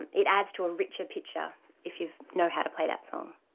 and it adds to a richer picture if you know how to play that song.